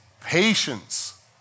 patience